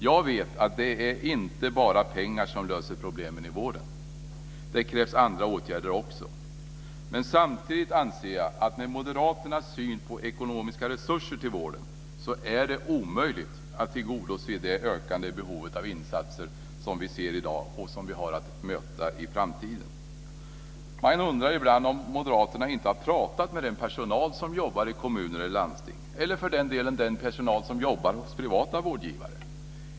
Jag vet att det inte bara är pengar som löser problemen i vården, utan att också andra åtgärder krävs. Men samtidigt anser jag att det, med moderaternas syn på ekonomiska resurser till vården, är omöjligt att tillgodose det ökande behov av insatser som vi ser i dag och som vi har att möta i framtiden. Ibland undrar man om moderaterna inte har pratat med den personal som jobbar i kommuner och landsting, eller för den delen med den personal som jobbar hos privata vårdgivare.